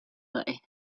way